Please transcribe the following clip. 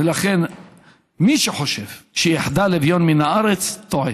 ולכן מי שחושב שיחדל אביון מן הארץ טועה,